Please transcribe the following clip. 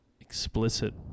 explicit